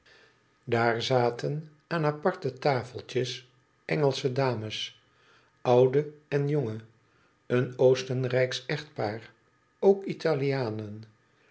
daar zaten aan aparte tafeltjes engelsche dames oude en jonge een oostenrijksch echtpaar ook italianen